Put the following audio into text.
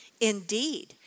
Indeed